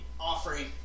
Offering